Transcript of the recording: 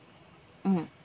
mm